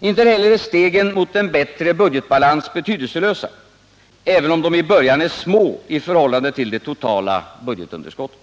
Inte heller är stegen mot en bättre budgetbalans betydelselösa, även om de i början är små i förhållande till det totala budgetunderskottet.